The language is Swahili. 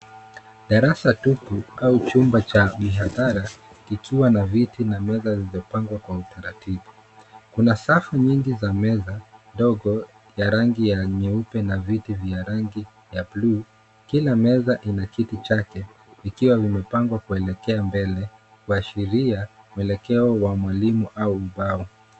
Darasa tupu au chumba cha mihadhara likiwa na viti na meza zilizopangwa kwa utaratibu. Kuna safu nyingi za meza ndogo ya rangi ya nyeupe na viti vya rangi ya buluu. Kila meza ina kiti chake, vikiwa vimepangwa kuelekea mbele kuashiria mwelekeo wa mwalimu au ubao.